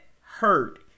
hurt